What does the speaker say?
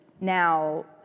now